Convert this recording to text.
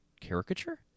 caricature